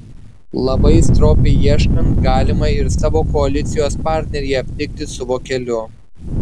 labai stropiai ieškant galima ir savo koalicijos partnerį aptikti su vokeliu